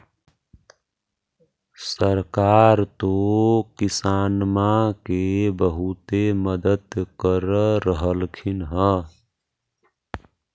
सरकार तो किसानमा के बहुते मदद कर रहल्खिन ह?